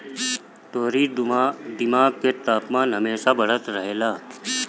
तोहरी दिमाग के तापमान हमेशा बढ़ल रहेला